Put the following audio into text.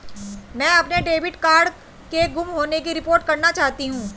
मैं अपने debit card के गुम होने की रिपोर्ट करना चाहती हूँ